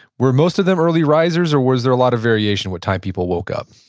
were most of them early risers, or was there a lot of variation what time people woke up?